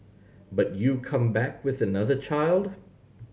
but you come back with another child